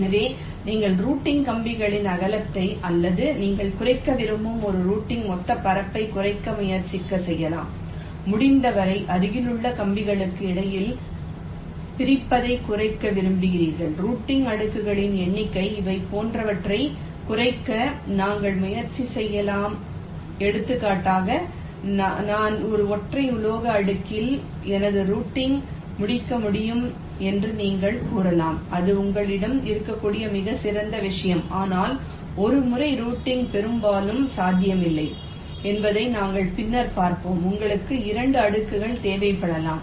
எனவே நீங்கள் ரூட்டிங் கம்பிகளின் அகலத்தை அல்லது நீங்கள் குறைக்க விரும்பும் ஒரு ரூட்டிங் மொத்த பரப்பைக் குறைக்க முயற்சி செய்யலாம் முடிந்தவரை அருகிலுள்ள கம்பிகளுக்கு இடையில் பிரிப்பதைக் குறைக்க விரும்புகிறீர்கள் ரூட்டிங் அடுக்குகளின் எண்ணிக்கை இவை போன்றவற்றைக் குறைக்க நாங்கள் முயற்சி செய்யலாம் எடுத்துக்காட்டாக நான் ஒரு ஒற்றை உலோக அடுக்கில் எனது ரூட்டிங் முடிக்க முடியும் என்று நீங்கள் கூறலாம் அது உங்களிடம் இருக்கக்கூடிய மிகச் சிறந்த விஷயம் ஆனால் ஒருமுறை ரூட்டிங் பெரும்பாலும் சாத்தியமில்லை என்பதை பின்னர் பார்ப்போம் உங்களுக்கு 2 அடுக்குகள் தேவைப்படலாம்